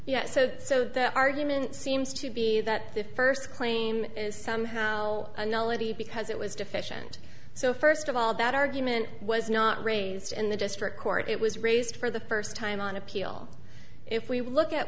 yet so so the argument seems to be that the first claim is somehow analogy because it was deficient so first of all that argument was not raised in the district court it was raised for the first time on appeal if we look at